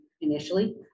initially